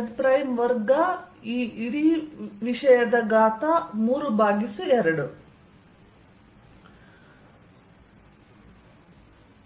Exxyz14π0qx xx x2y y2z z232 Eyxyz14π0qy yx x2y y2z z232